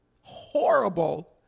horrible